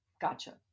Gotcha